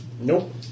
nope